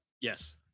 Yes